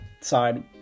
side